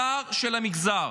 שר של המגזר.